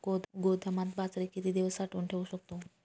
गोदामात बाजरी किती दिवस साठवून ठेवू शकतो?